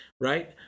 right